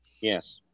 yes